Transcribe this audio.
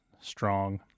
strong